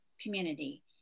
community